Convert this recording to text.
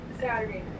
Saturday